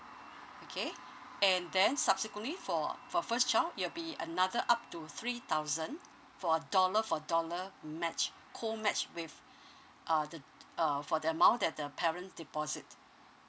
okay and then subsequently for for first child it'll be another up to three thousand for a dollar for dollar match co match with uh the uh for the amount that the parent deposit